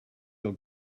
your